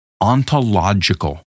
ontological